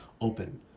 open